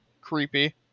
creepy